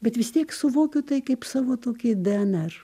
bet vis tiek suvokiu tai kaip savo tokį dnr